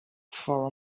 for